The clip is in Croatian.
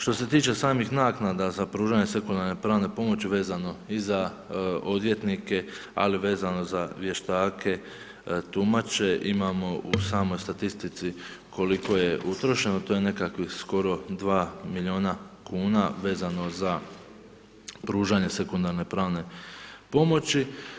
Što se tiče samih naknada za pružanje sekundarne pravne pomoći vezano i za odvjetnike, ali vezano za vještake, tumače, imamo u samoj statistici koliko je utrošeno, to je nekakvih skoro 2 milijuna kuna vezano za pružanje sekundarne pravne pomoći.